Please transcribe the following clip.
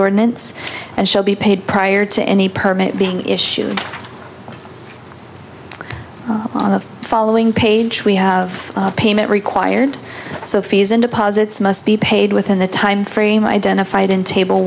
ordinance and should be paid prior to any permit being issued on the following page we have payment required so fees in deposits must be paid within the time frame identified in table